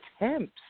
attempts